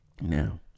Now